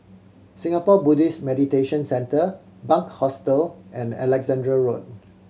Singapore Buddhist Meditation Centre Bunc Hostel and Alexandra Road